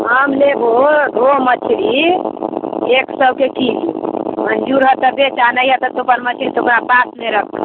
हम लेबहो रहू मछली एक सओके किलो मञ्जूर है तऽ बेचऽ नहि है तऽ तू अपन मछली अपने पासमे रखऽ